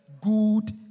Good